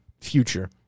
future